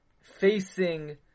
facing